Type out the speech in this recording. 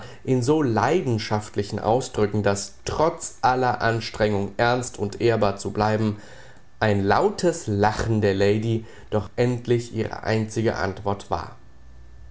in so leidenschaftlichen ausdrücken daß trotz aller anstrengung ernst und ehrbar zu bleiben ein lautes lachen der lady doch endlich ihre einzige antwort war